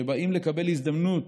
שבאים לקבל הזדמנות